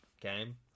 game